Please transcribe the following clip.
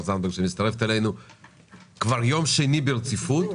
זנדברג שמצטרפת אלינו כבר יום שני ברציפות.